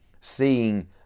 seeing